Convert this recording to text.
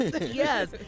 Yes